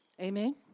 Amen